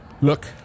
look